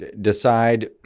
decide